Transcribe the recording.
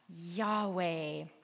Yahweh